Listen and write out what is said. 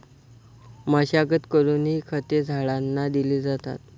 मशागत करूनही खते झाडांना दिली जातात